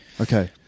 Okay